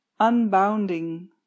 unbounding